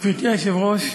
גברתי היושבת-ראש,